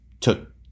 took